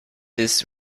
this